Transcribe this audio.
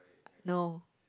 no